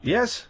Yes